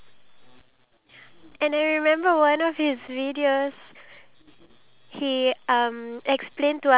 that he's able to get that information and put it in a video which is only one minute long